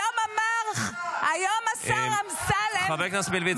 היום השר אמסלם --- חבר הכנסת מלביצקי,